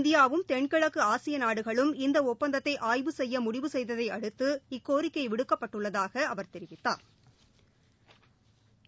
இந்தியாவும் தென்கிழக்கு ஆசிய நாடுகளும் இந்த ஒப்பந்தத்தை ஆய்வு செய்ய முடிவு செய்ததையடுத்து இக்கோரிக்கை விடுக்கப்பட்டுள்ளதாக தெரிவித்தாா்